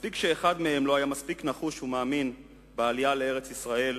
מספיק שאחד מהם לא היה מספיק נחוש ומאמין בעלייה לארץ-ישראל,